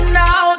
now